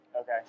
Okay